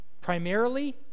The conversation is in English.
Primarily